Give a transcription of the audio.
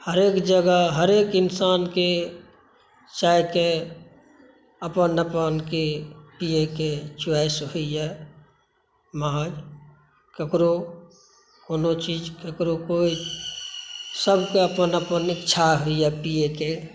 हरेक जगह हरेक इन्सानके चायके अपन अपन के पियैके च्वाइस होइए महज ककरो कोनो चीज केकरो कोइ सबकेँ अपन अपन इच्छा होइए पियैके